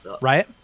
right